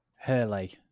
Hurley